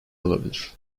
olabilir